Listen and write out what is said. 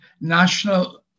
national